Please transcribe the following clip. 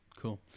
Cool